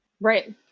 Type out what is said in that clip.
Right